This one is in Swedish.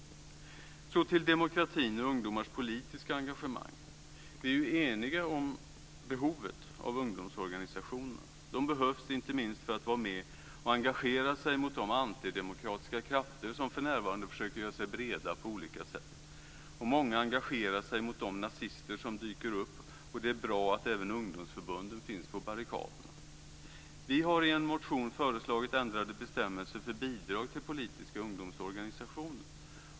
Så till demokratin och ungdomars politiska engagemang. Vi är eniga om behovet av ungdomsorganisationerna. De behövs inte minst för att få ungdomar att vara med och engagera sig mot de antidemokratiska krafter som för närvarande försöker göra sig breda på olika sätt. Många engagerar sig mot de nazister som dyker upp. Det är bra att även ungdomsförbunden finns på barrikaderna. Vi har i en motion föreslagit ändrade bestämmelser för bidrag till politiska ungdomsorganisationer.